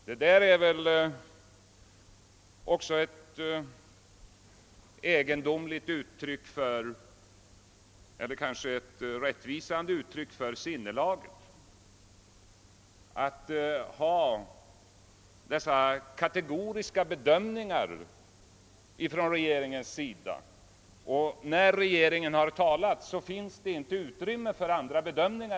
Detta är ett egendomligt — eller kanske ett rättvisande — uttryck för regeringens sinnelag och vilja till kategoriska bedömningar. När regeringen har talat, finns det inte ens utrymme för andra bedömningar.